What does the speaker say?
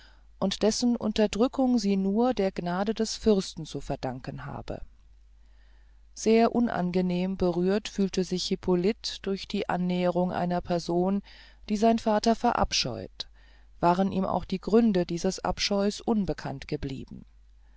und dessen unterdrückung sie nur der gnade des fürsten zu verdanken habe sehr unangenehm berührt fühlte sich hyppolit durch die annäherung einer person die sein vater verabscheut waren ihm auch die gründe dieses abscheus unbekannt geblieben